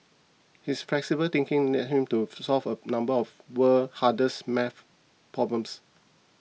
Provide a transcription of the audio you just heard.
his flexible thinking led him to solve a number of world's hardest math problems